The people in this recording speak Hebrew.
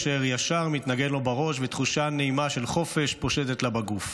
אשר ישר מתנגן לו בראש ותחושה נעימה של חופש פושטת לה בגוף.